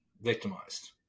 victimized